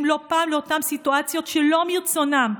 לא פעם לאותן סיטואציות שלא מרצונם.